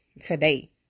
today